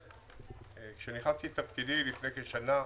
כשנכנסתי לתפקידי לפני כשנה,